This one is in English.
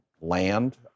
land